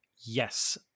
Yes